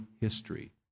history